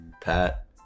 Pat